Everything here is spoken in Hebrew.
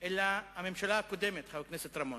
אלא הממשלה הקודמת, חבר הכנסת רמון.